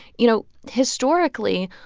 you know, historically,